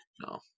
No